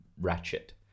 Ratchet